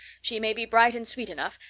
she may be bright and sweet enough,